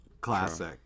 Classic